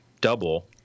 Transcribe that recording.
double